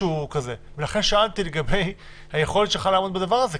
ולכן שאלתי לגבי היכולת שלך לעמוד בדבר הזה,